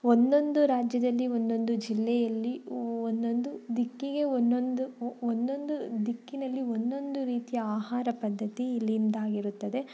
ಒಂದೊಂದು ರಾಜ್ಯದಲ್ಲಿ ಒಂದೊಂದು ಜಿಲ್ಲೆಯಲ್ಲಿ ಒಂದೊಂದು ದಿಕ್ಕಿಗೆ ವ ಒಂದೊಂದು ಒಂದೊಂದು ದಿಕ್ಕಿನಲ್ಲಿ ಒಂದೊಂದು ರೀತಿಯ ಆಹಾರ ಪದ್ಧತಿ ಇಲ್ಲಿನದಾಗಿರುತ್ತದೆ